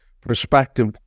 perspective